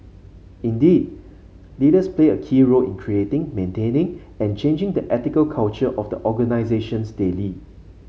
indeed leaders play a key role in creating maintaining and changing the ethical culture of the organisations they lead